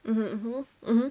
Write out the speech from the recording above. mmhmm mmhmm